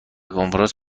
کنفرانس